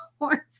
horns